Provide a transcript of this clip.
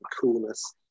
coolness